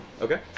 Okay